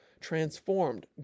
transformed